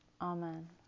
Amen